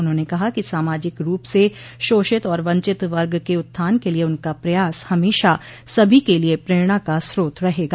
उन्होंने कहा कि सामाजिक रूप से शोषित और वंचित वर्ग के उत्थान के लिए उनका प्रयास हमेशा सभी के लिए प्रेरणा का स्रोत रहेगा